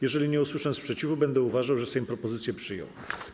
Jeżeli nie usłyszę sprzeciwu, będę uważał, że Sejm propozycję przyjął.